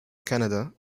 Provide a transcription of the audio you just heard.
canada